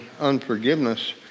unforgiveness